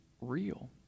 real